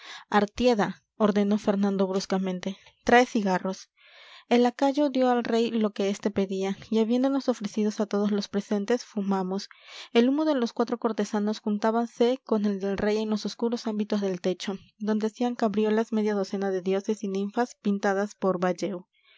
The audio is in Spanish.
artieda ordenó fernando bruscamente trae cigarros el lacayo dio al rey lo que este pedía y habiéndonos ofrecido a todos los presentes fumamos el humo de los cuatro cortesanos juntábase con el del rey en los oscuros ámbitos del techo donde hacían cabriolas media docena de dioses y ninfas pintadas por